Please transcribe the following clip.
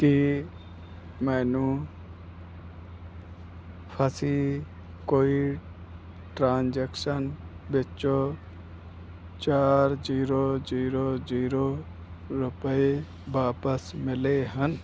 ਕੀ ਮੈਨੂੰ ਫਸੀ ਕੋਈ ਟਰਾਂਜੈਕਸ਼ਨ ਵਿਚੋਂ ਚਾਰ ਜ਼ੀਰੋ ਜ਼ੀਰੋ ਜ਼ੀਰੋ ਰੁਪਏ ਵਾਪਸ ਮਿਲੇ ਹਨ